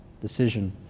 decision